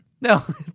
No